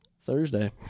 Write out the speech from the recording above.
Thursday